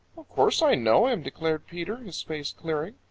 of course i know him, declared peter, his face clearing.